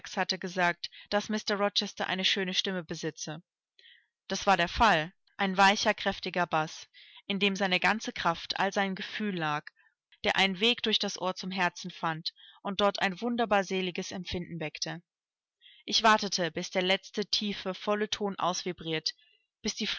hatte gesagt daß mr rochester eine schöne stimme besitze das war der fall ein weicher kräftiger baß in dem seine ganze kraft all sein gefühl lag der einen weg durch das ohr zum herzen fand und dort ein wunderbar seliges empfinden weckte ich wartete bis der letzte tiefe volle ton ausvibriert bis die